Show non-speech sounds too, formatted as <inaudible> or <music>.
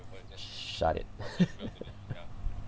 shut it <laughs>